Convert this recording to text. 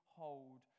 hold